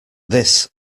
this